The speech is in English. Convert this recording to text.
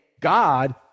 God